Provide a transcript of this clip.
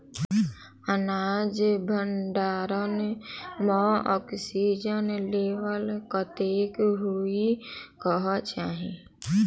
अनाज भण्डारण म ऑक्सीजन लेवल कतेक होइ कऽ चाहि?